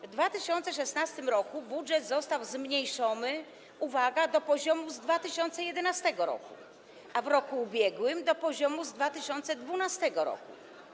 W 2016 r. budżet został zmniejszony - uwaga - do poziomu z 2011 r., a w roku ubiegłym - do poziomu z 2012 r.